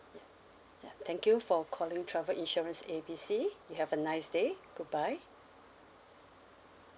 ya ya thank you for calling travel insurance A B C you have a nice day goodbye